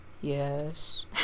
Yes